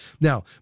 Now